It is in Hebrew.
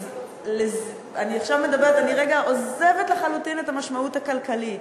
אני עכשיו עוזבת לחלוטין את המשמעות הכלכלית,